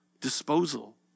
disposal